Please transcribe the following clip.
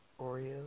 Oreos